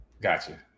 Gotcha